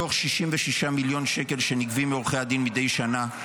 מתוך 66 מיליון שקל שנגבים מעורכי דין מדי שנה,